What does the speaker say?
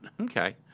Okay